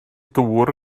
dŵr